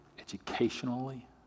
educationally